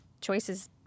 choices